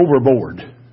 overboard